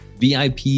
VIP